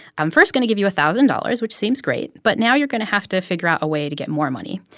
i'm first going to give you one thousand dollars, which seems great. but now you're going to have to figure out a way to get more money.